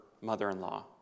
mother-in-law